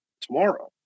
tomorrow